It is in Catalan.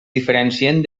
diferencien